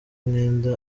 umwenda